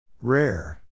Rare